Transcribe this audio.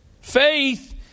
Faith